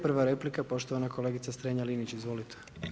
Prva replika, poštovana kolegica Strenja-Linić, izvolite.